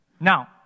Now